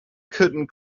couldn’t